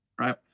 Right